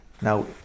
Now